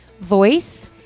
voice